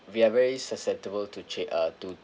we are very susceptible to ch~ uh to